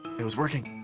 it was working.